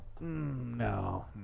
No